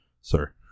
sir